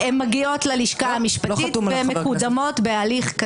לא חתומה על ידי חבר כנסת.